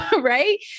Right